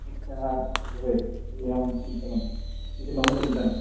भवत्याः भवेत् इति अहं चिन्तनम् इति मम चिन्तनम्